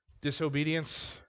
disobedience